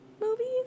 movies